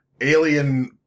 alien